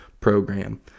program